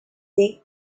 dig